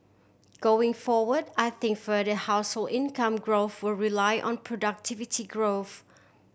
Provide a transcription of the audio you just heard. going forward I think further household income growth will rely on productivity growth